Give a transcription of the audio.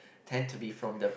tend to be from the